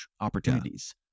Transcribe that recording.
opportunities